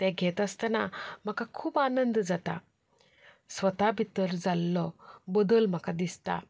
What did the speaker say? ते घेत आसतना म्हाका खूब आनंद जाता स्वता भितर जाल्लो बदल म्हाका दिसता